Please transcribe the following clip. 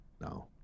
no